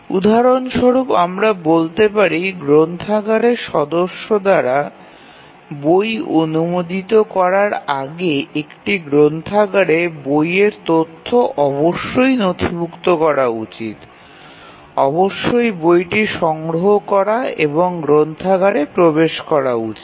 উদাহরণ স্বরূপ আমরা বলতে পারি গ্রন্থাগারে সদস্য দ্বারা বই অনুমোদিত করার আগে একটি গ্রন্থাগারে বইয়ের তথ্য অবশ্যই নথিভুক্ত করা উচিত অবশ্যই বইটি সংগ্রহ করা এবং গ্রন্থাগারে প্রবেশ করা উচিত